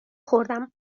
خوردم